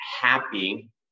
happy